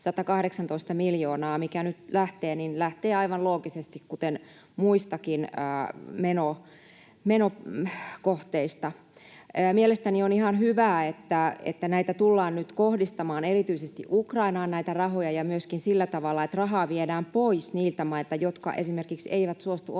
118 miljoonaa, mikä nyt lähtee, lähtee aivan loogisesti, kuten muistakin menokohteista. Mielestäni on ihan hyvä, että näitä rahoja tullaan nyt kohdistamaan erityisesti Ukrainaan ja myöskin sillä tavalla, että rahaa viedään pois niiltä mailta, jotka esimerkiksi eivät suostu ottamaan